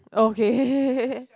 okay